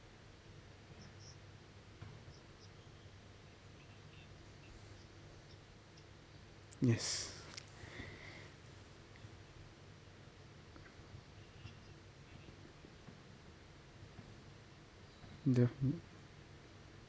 yes the